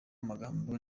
magambo